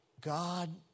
God